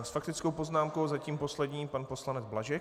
S faktickou poznámkou zatím poslední pan poslanec Blažek.